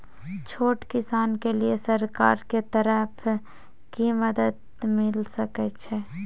छोट किसान के लिए सरकार के तरफ कि मदद मिल सके छै?